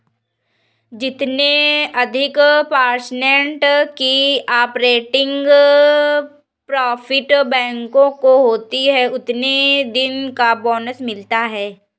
जितने अधिक पर्सेन्ट की ऑपरेटिंग प्रॉफिट बैंकों को होती हैं उतने दिन का बोनस मिलता हैं